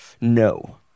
No